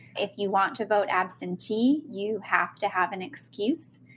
if you want to vote absentee, you have to have an excuse.